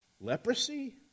Leprosy